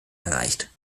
erreicht